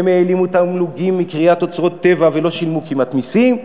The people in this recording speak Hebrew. הם העלימו תמלוגים מכריית אוצרות טבע ולא שילמו כמעט מסים.